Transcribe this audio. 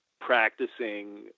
practicing